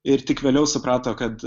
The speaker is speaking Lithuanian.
ir tik vėliau suprato kad